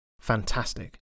Fantastic